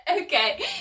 Okay